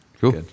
Cool